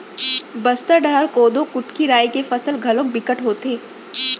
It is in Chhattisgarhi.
बस्तर डहर कोदो, कुटकी, राई के फसल घलोक बिकट होथे